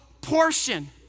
portion